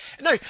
No